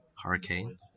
Hurricane